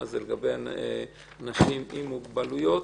בעיקר חוקים חברתיים מהסוג הזה - שם זה לגבי נשים עם מוגבלויות,